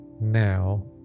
now